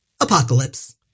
Apocalypse